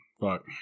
Fuck